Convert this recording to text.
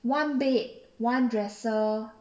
one bed one dresser